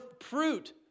fruit